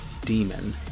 demon